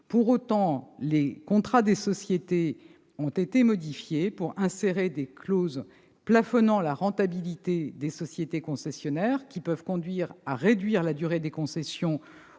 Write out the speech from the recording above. Pour autant, les contrats des sociétés concessionnaires ont été modifiés pour y insérer des clauses plafonnant la rentabilité desdites sociétés qui peuvent conduire à réduire la durée des concessions